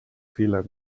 fehler